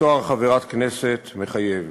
והתואר חברת הכנסת, מחייב.